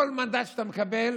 כל מנדט שאתה מקבל,